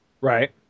right